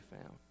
found